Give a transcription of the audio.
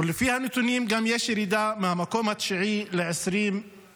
לפי הנתונים גם יש ירידה מהמקום התשיעי ל-23.